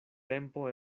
tempo